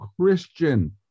Christian